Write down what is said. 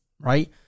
right